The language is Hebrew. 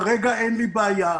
כרגע אין לי בעיה,